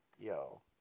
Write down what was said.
yo